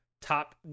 top